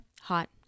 hot